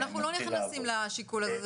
אנחנו לא נכנסים לשיקול הזה,